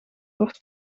wordt